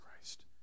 Christ